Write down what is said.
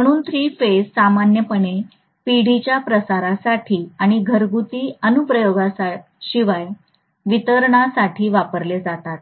म्हणून three phase सामान्यपणे पिढीच्या प्रसारासाठी आणि घरगुती अनुप्रयोगाशिवाय वितरणासाठी वापरले जातात